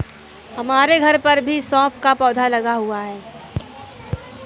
हमारे घर पर भी सौंफ का पौधा लगा हुआ है